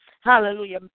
Hallelujah